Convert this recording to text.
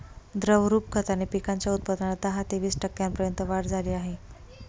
द्रवरूप खताने पिकांच्या उत्पादनात दहा ते वीस टक्क्यांपर्यंत वाढ झाली आहे